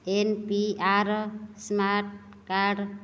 N P R smart card